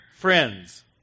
Friends